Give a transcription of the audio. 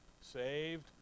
saved